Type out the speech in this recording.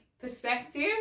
perspective